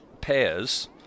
pairs